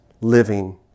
living